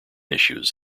issues